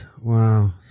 Wow